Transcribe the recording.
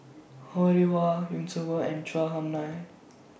Ho Rih Hwa Yusnor Ef and Chua Hung lie